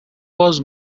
was